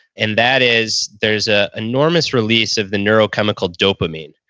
and that is there's a enormous release of the neurochemical dopamine.